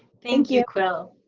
thank you quill.